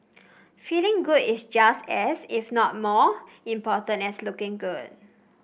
feeling good is just as if not more important as looking good